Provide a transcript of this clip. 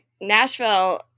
Nashville